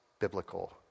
biblical